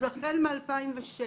החל מ-2006,